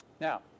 Now